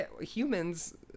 humans